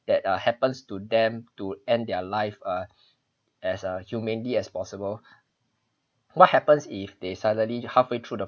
that uh happens to them to end their life uh as uh humanely as possible what happens if they suddenly halfway through the